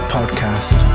Podcast